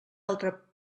altre